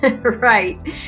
Right